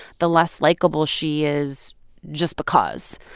the less likeable she is just because.